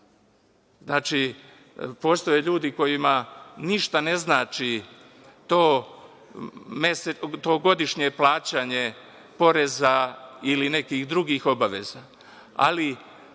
postoje ljudi kojima ništa ne znači to godišnje plaćanje poreza ili nekih drugih obaveza, ali